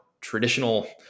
traditional